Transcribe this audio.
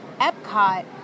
Epcot